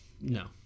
No